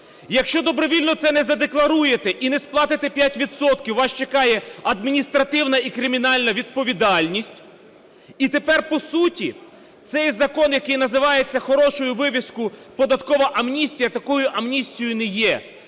Якщо добровільно це не задекларуєте і не сплатите 5 відсотків – вас чекає адміністративна і кримінальна відповідальність. І тепер, по суті, цей закон, який називається хорошою вивіскою "податкова амністія", такою амністією не є,